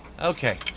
Okay